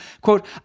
quote